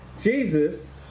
Jesus